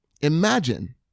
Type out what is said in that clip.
Imagine